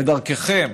בדרככם,